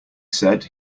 said